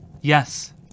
Yes